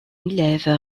élève